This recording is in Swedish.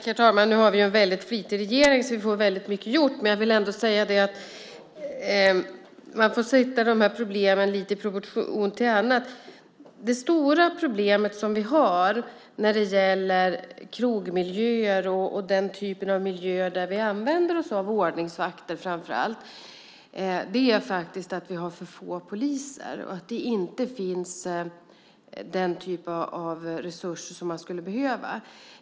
Herr talman! Nu har vi ju en väldigt flitig regering, så vi får väldigt mycket gjort, men jag vill ändå säga att man får sätta de här problemen lite i proportion till annat. Det stora problemet som vi har när det gäller krogmiljöer och den typen av miljöer där vi använder oss av ordningsvakter är framför allt att vi har för få poliser och att den typ av resurser som man skulle behöva inte finns.